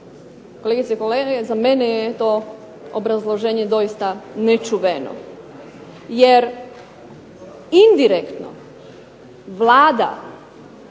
Kolegice i kolege, za mene je to obrazloženje doista nečuveno jer indirektno Vlada